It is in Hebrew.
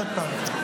בזה.